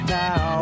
now